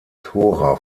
tora